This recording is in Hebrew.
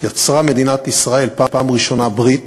יצרה מדינת ישראל בפעם הראשונה ברית,